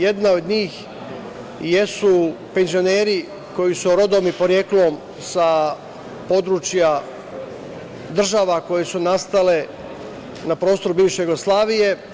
Jedna od njih jesu penzioneri koji su rodom i poreklom sa područja država koje su nastale na prostoru bivše Jugoslavije.